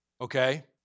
okay